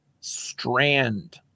strand